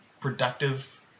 productive